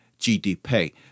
GDP